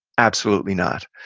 absolutely not,